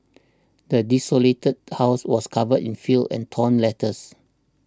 the desolated house was covered in filth and torn letters